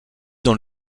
dans